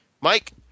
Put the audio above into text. Mike